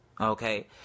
Okay